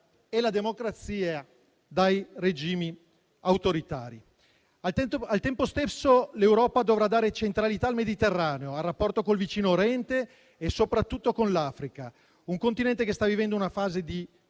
e la democrazia dai regimi autoritari. Al tempo stesso, l'Europa dovrà dare centralità al Mediterraneo, al rapporto col vicino Oriente e soprattutto con l'Africa, un continente che sta vivendo una fase di